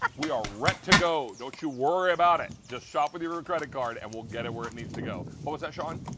um we are ready to go. don't you worry about it. shop with your ah credit card and we'll get it where it needs to go. what was that, sean?